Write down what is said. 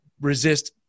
resist